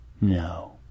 No